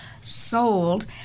sold